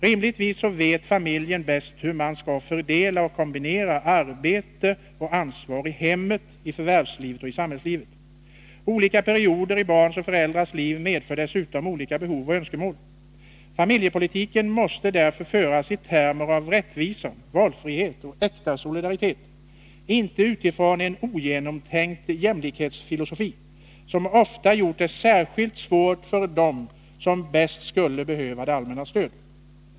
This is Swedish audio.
Rimligtvis vet familjen bäst hur man skall fördela och kombinera arbete och ansvar i hemmet, i förvärvslivet och i samhällslivet. Olika perioder i barns och föräldrars liv medför dessutom olika behov och önskemål. Familjepolitiken måste därför föras i termer av rättvisa, valfrihet och äkta solidaritet — inte utifrån en ogenomtänkt jämlikhetsfilosofi, som ofta gjort det särskilt svårt för dem som bäst skulle behöva det allmännas stöd.